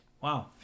Wow